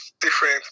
different